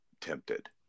tempted